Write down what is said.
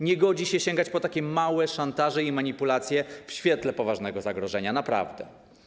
Nie godzi się sięgać po takie małe szantaże i manipulacje w świetle poważnego zagrożenia, naprawdę.